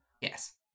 Yes